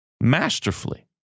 masterfully